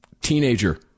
teenager